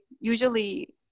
usually